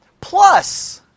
plus